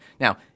Now